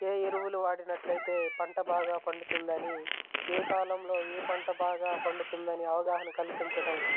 ఏ ఎరువులు వాడినట్లయితే పంట బాగా పండుతుందని ఏ కాలంలో ఏ పంట బాగా పండుతుందని అవగాహన కల్పించడం